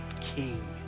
King